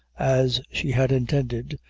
as she had intended,